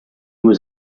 was